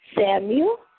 Samuel